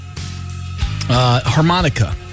harmonica